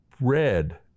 red